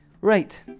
Right